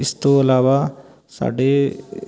ਇਸ ਤੋਂ ਇਲਾਵਾ ਸਾਡੇ